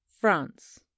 France